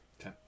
Okay